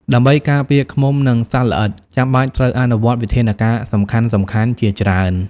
ដើម្បីការពារឃ្មុំ និងសត្វល្អិត ចាំបាច់ត្រូវអនុវត្តវិធានការសំខាន់ៗជាច្រើន។